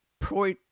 pro